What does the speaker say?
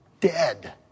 dead